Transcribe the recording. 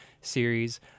series